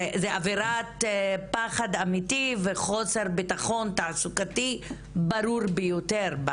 זו אווירת פחד אמיתית וחוסר ביטחון תעסוקתי ברור ביותר.